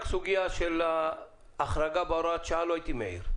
הסוגיה של ההחרגה בהוראת שעה לא הייתי מעיר.